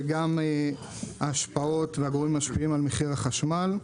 וגם על ההשפעות והגורמים המשפיעים על מחיר החשמל.